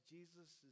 Jesus